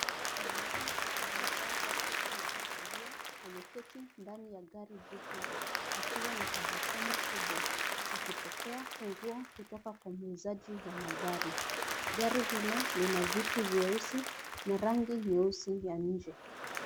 Mwanaume aliyevaa jaketi ya kahawia ameketi ndani ya gari jipya akiwa na tabasamu kubwa akipokea funguo kutoka kwa muuzaji wa magari. Gari hilo lina viti vyeusi na rangi nyeusi ya nje.